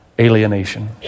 alienation